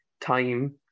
time